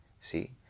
See